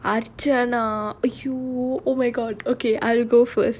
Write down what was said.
archana !aiyo! oh my god okay I'll go first